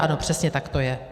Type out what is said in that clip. Ano, přesně tak to je.